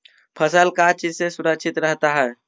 फसल का चीज से सुरक्षित रहता है?